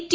T